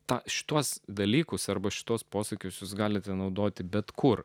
tą šituos dalykus arba šituos posakius galite naudoti bet kur